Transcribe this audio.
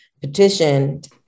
petitioned